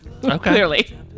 Clearly